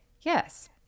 Yes